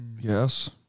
Yes